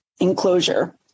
enclosure